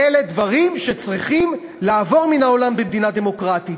אלה דברים שצריכים לעבור מן העולם במדינה דמוקרטית.